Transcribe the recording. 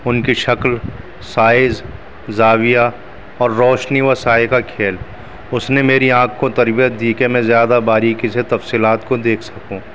ان کی شکل سائز زاویہ اور روشنی و سائے کا کھیل اس نے میری آنکھ کو تربیت دی کے میں زیادہ باریکی سے تفصیلات کو دیکھ سکوں